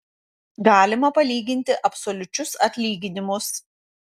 galima palyginti absoliučius atlyginimus